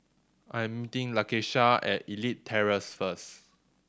I'm meeting Lakeisha at Elite Terrace first